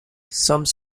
some